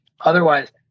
Otherwise